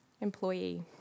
employee